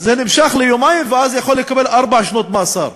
זה נמשך ליומיים, ואז יכול לקבל ארבע שנות מאסר.